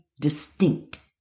distinct